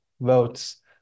votes